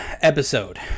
episode